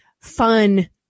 fun